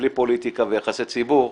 בלי פוליטיקה ויחסי ציבור,